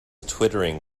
twittering